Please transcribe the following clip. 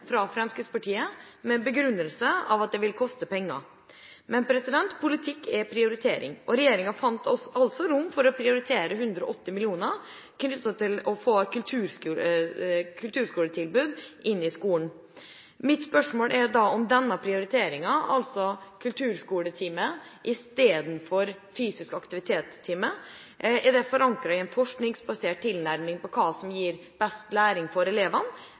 fra Fremskrittspartiet med begrunnelse i at det vil koste penger. Men politikk er prioritering, og regjeringa fant altså rom for å prioritere 180 mill. kr til kulturskoletilbud i skolen. Mitt spørsmål er da om denne prioriteringen, altså kulturskoletime i stedet for timer med fysisk aktivitet, er forankret i en forskningsbasert tilnærming til hva som gir best læring for elevene,